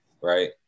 right